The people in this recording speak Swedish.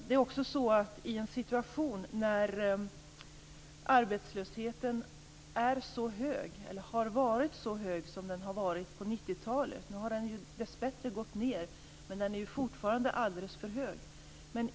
Vi har ju en situation där arbetslösheten är hög, eller har varit hög på 90-talet. Nu har den dessbättre gått ned, men den är fortfarande alldeles för hög.